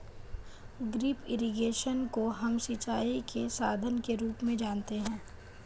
drip irrigation को हम सिंचाई के साधन के रूप में जानते है